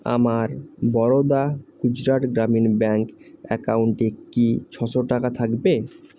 আমার বরোদা গুজরাট গ্রামীণ ব্যাঙ্ক অ্যাকাউন্টে কি ছশো টাকা থাকবে